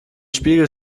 spiegel